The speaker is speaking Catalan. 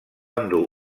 endur